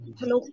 hello